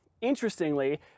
interestingly